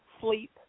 sleep